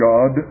God